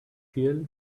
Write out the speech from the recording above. fuel